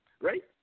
right